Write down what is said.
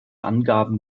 angaben